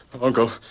Uncle